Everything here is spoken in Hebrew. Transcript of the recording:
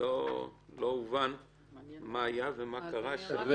ולא הובן מה היה ומה קרה שם.